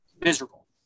miserable